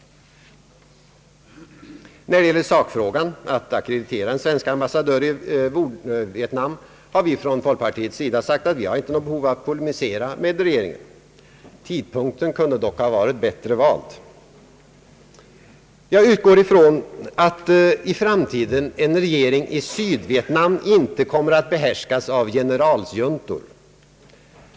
När det gäller sakfrågan att ackreditera en svensk ambassadör i Nordvietnam har vi från folkpartiets sida sagt att vi inte har något behov av att polemisera med regeringen. Tidpunkten kunde dock ha varit bättre vald. Jag utgår ifrån att i framtiden en regering i Sydvietnam inte kommer att behärskas av generalsjuntor.